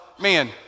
man